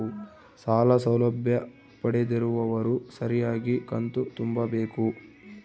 ಸಾಲ ಸೌಲಭ್ಯ ಪಡೆದಿರುವವರು ಸರಿಯಾಗಿ ಕಂತು ತುಂಬಬೇಕು?